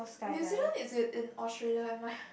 New Zealand is it in Australia am I